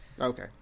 Okay